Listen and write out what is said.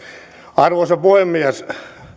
arvoisa puhemies